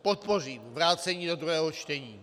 Podpořím vrácení do druhého čtení.